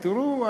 תראו,